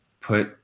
put